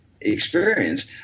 experience